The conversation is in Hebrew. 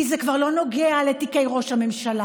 כי זה כבר לא נוגע לתיקי ראש הממשלה.